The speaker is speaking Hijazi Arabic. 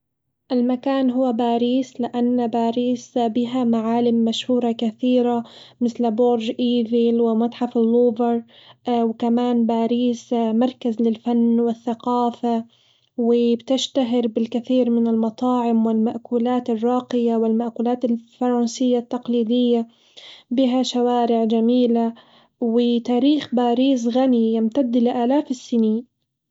المكان هو باريس، لأن باريس بها معالم مشهورة كثيرة مثل برج إيفل ومتحف اللوفر، وكمان باريس مركز للفن والثقافة وبتشتهر بالكثير من المطاعم والمأكولات الراقية والمأكولات الفرنسية التقليدية بها شوارع جميلة وتاريخ باريس غني يمتد لآلاف السنين.